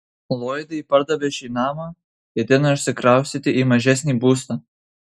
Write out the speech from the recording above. lloydai pardavę šį namą ketina išsikraustyti į mažesnį būstą